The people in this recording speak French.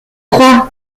croit